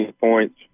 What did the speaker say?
points